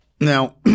now